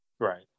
right